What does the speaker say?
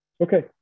Okay